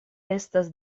estas